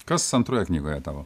kas antroje knygoje tavo